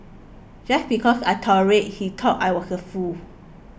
just because I tolerated he thought I was a fool